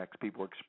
people